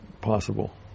possible